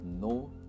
no